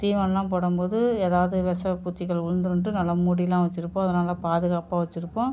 தீவனமெலாம் போடும் போது ஏதாவது விஷப் பூச்சிகள் உழுந்துருண்ட்டு நல்லா மூடியெலாம் வைச்சுருப்போம் அது நல்ல பாதுகாப்பாக வைச்சுருப்போம்